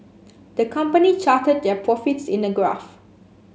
the company charted their profits in a graph